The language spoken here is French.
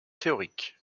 théorique